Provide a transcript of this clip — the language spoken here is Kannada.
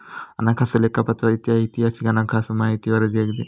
ಹಣಕಾಸು ಲೆಕ್ಕಪತ್ರವು ಐತಿಹಾಸಿಕ ಹಣಕಾಸು ಮಾಹಿತಿಯ ವರದಿಯಾಗಿದೆ